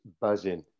buzzing